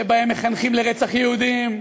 שבהם מחנכים לרצח יהודים,